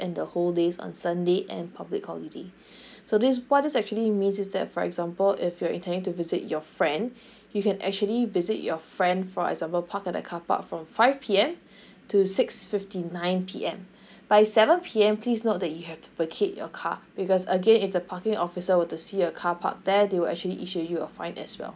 and the whole days on sunday and public holiday so this what this actually means is that for example if you're intending to visit your friend you can actually visit your friend for example park at the carpark from five P_M to six fifty nine by seven P_M please note that you have to vacate your car because again if the parking officer were to see a car park there they will actually issue you a fine as well